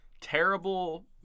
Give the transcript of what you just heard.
terrible